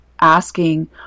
asking